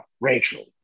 Rachel